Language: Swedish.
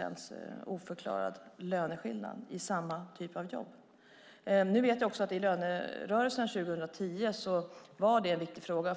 en så stor oförklarad löneskillnad inom samma typ av jobb. I lönerörelsen 2010 var detta en viktig fråga.